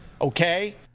okay